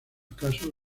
casos